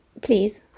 Please